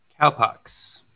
Cowpox